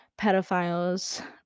pedophiles